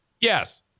Yes